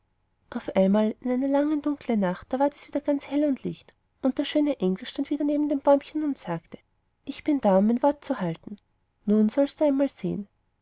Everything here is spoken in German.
auf einmal in einer langen dunklen nacht da ward es wieder ganz hell und licht und der schöne engel stand wieder neben dem bäumchen und sagte ich bin da um mein wort zu halten nun sollst du einmal sehen